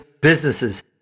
businesses